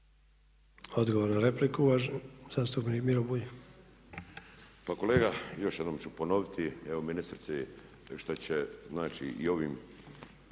Odgovor na repliku uvaženi zastupnik Miro Bulj. **Bulj, Miro (MOST)** Pa kolega još jednom ću ponoviti, evo ministrici što će znači i ovim